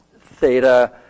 theta